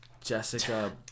Jessica